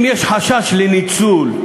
אם יש חשש לניצול,